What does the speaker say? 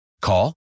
Call